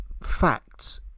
facts